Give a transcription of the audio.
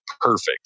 Perfect